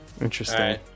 Interesting